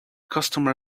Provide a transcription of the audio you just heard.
customer